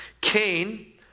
Cain